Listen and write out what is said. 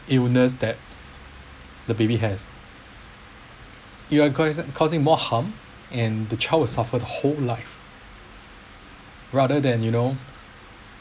illness that the baby has you're causing causing more harm and the child would suffer the whole life rather than you know